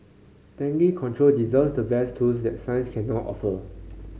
dengue control deserves the best tools that science can now offer